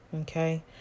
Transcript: Okay